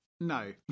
No